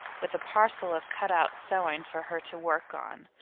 with a parcel of cut-out sewing for her to work on.